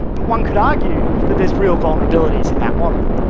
but one can argue that there's real vulnerabilites in that model.